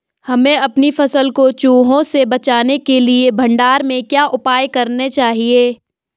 हमें अपनी फसल को चूहों से बचाने के लिए भंडारण में क्या उपाय करने चाहिए?